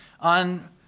on